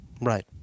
right